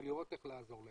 של לראות איך לעזור להם.